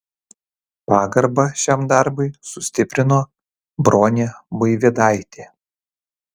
pagarbą šiam darbui sustiprino bronė buivydaitė